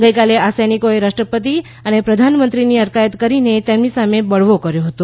ગઇકાલે આ સૈનિકોએ રાષ્ટ્રપતિ અને પ્રધાનમંત્રીની અટકાયત કરીને તેમની સામે બળવો કર્યો હતો